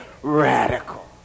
radical